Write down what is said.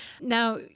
now